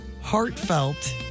heartfelt